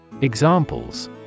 Examples